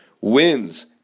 wins